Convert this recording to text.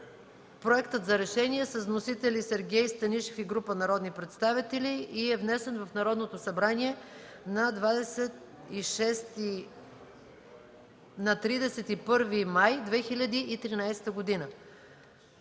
Проектът за решение е с вносители Сергей Станишев и група народни представители и е внесен в Народното събрание на 31 май 2013 г.